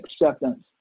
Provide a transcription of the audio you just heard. acceptance